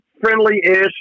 friendly-ish